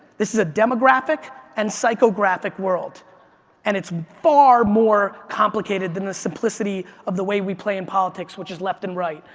this is a demographic and psychographic world and it's far more complicated than the simplicity of the way we play in politics, which is left and right.